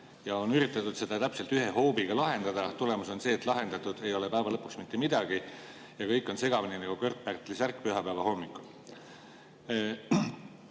ja on üritatud seda täpselt ühe hoobiga lahendada. Tulemus on see, et lahendatud ei ole lõpuks mitte midagi ja kõik on segamini nagu Kört-Pärtli särk pühapäeva hommikul. Kui